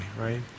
right